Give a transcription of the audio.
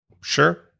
Sure